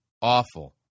awful